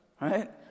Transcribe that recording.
Right